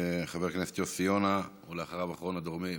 חבר הכנסת יוסי יונה, ואחריו, אחרון הדוברים,